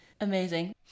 Amazing